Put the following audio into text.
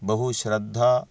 बहु श्रद्धा